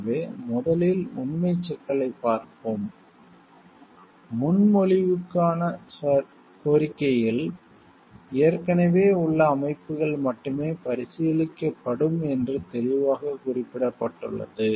எனவே முதலில் உண்மைச் சிக்கலைப் பார்ப்போம் முன்மொழிவுகளுக்கான கோரிக்கையில் ஏற்கனவே உள்ள அமைப்புகள் மட்டுமே பரிசீலிக்கப்படும் என்று தெளிவாகக் குறிப்பிடப்பட்டுள்ளது